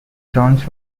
jones